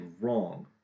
wrong